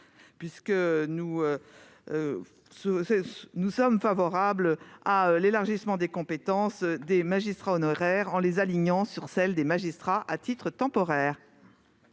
puisque nous souhaitons l'élargissement des compétences des magistrats honoraires et leur alignement sur celles des magistrats à titre temporaire.